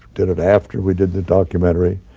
did it after we did the documentary.